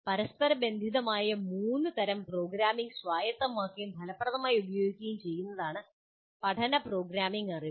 പരസ്പരബന്ധിതമായ മൂന്ന് തരം പ്രോഗ്രാമിംഗ് സ്വായത്തമാക്കുകയും ഫലപ്രദമായി ഉപയോഗിക്കുകയും ചെയ്യുന്നതാണ് പഠന പ്രോഗ്രാമിംഗ് അറിവുകൾ